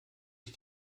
ich